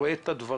רואה את הדברים.